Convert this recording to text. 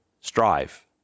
strive